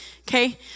Okay